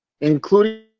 including